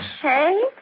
Hey